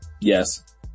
Yes